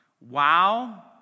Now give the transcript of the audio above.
wow